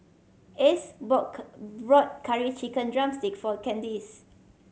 Ace bought Curry Chicken drumstick for Candice